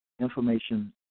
information